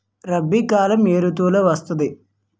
రబీ కాలం ఏ ఋతువులో వస్తుంది?